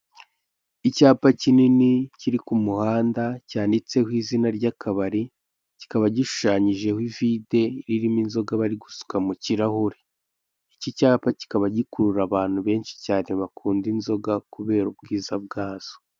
Icyapa kinini kiri ku muhanda cyanditseho izina ry'akabari, cyikaba gishushanyijeho ivide ririmo inzoga bari gusuka mu kirahure, iki cyapa cyikaba gikurura abantu benshi bakunda inzoga kubera ubwiza bwazo.